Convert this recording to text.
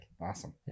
Awesome